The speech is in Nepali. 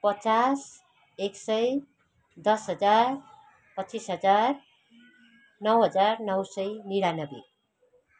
पचास एक सय दस हजार पच्चिस हजार नौ हजार नौ सय निनानब्बे